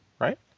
right